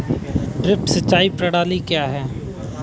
Drip सिंचाई प्रणाली क्या है?